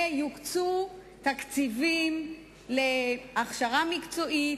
ויוקצו תקציבים להכשרה מקצועית,